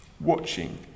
watching